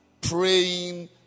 praying